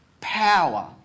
Power